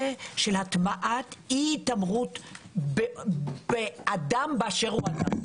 של הטמעת אי התעמרות באדם באשר הוא אדם.